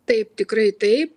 taip tikrai taip